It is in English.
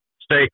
stay